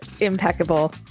impeccable